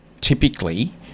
typically